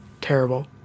Terrible